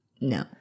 No